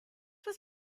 was